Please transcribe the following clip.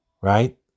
Right